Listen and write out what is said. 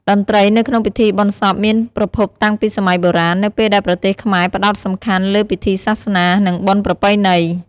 តន្ត្រីនៅក្នុងពិធីបុណ្យសពមានប្រភពតាំងពីសម័យបុរាណ នៅពេលដែលប្រទេសខ្មែរផ្ដោតសំខាន់លើពិធីសាសនា និងបុណ្យប្រពៃណី។